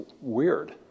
weird